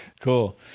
cool